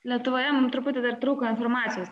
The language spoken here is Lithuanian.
lietuvoje mum truputį dar trūko informacijos